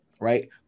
right